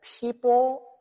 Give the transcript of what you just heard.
people